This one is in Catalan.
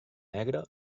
negre